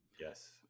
Yes